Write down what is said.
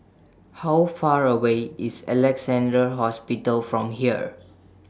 How Far away IS Alexandra Hospital from here